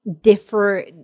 differ